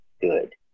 good